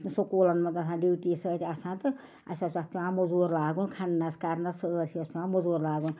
سُکوٗلن منٛز آسان ڈِوٹی سۭتۍ آسان تہٕ اَسہِ حظ اتھ پٮ۪وان مُزوٗر لاگُن کھنٛنَس کرنس سٲرۍسٕے اوس پٮ۪وان مُزوٗر لاگُن